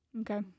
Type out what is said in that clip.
okay